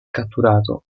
catturato